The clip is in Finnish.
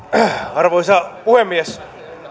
arvoisa puhemies